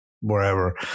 wherever